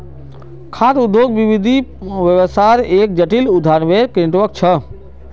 खाद्य उद्योग विविध व्यवसायर एक जटिल, दुनियाभरेर नेटवर्क छ